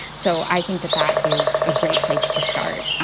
so i think that that is a great place to start.